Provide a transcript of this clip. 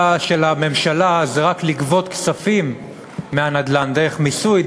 של הממשלה הוא רק לגבות כספים מהנדל"ן דרך מיסוי,